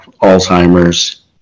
Alzheimer's